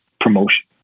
promotion